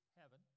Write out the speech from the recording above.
heaven